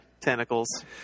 tentacles